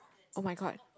oh-my-god